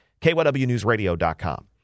kywnewsradio.com